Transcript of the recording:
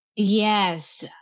Yes